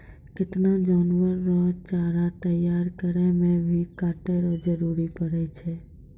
केतना जानवर रो चारा तैयार करै मे भी काटै रो जरुरी पड़ै छै